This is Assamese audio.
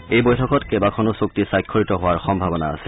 এই বৈঠকত কেইবাখনো চুক্তি স্বাক্ষৰিত হোৱাৰ সম্ভাৱনা আছে